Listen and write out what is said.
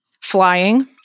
Flying